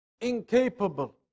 incapable